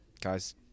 guys